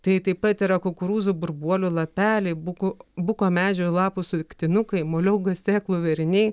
tai taip pat yra kukurūzų burbuolių lapeliai buko buko medžio lapų suktinukai moliūgų sėklų vėriniai